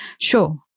Sure